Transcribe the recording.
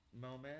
Moment